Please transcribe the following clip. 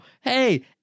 Hey